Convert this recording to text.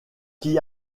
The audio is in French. qui